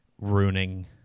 Ruining